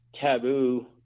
taboo